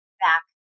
back